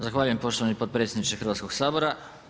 Zahvaljujem poštovani potpredsjedniče Hrvatskog sabora.